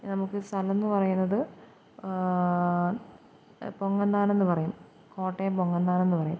നമുക്ക് സ്ഥലമെന്ന് പറയുന്നത് പൊങ്ങന്താനമെന്നു പറയും കോട്ടയം പൊങ്ങന്താനമെന്നു പറയും